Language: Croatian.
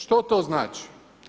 Što to znači?